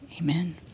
amen